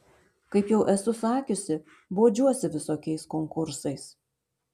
kaip jau esu sakiusi bodžiuosi visokiais konkursais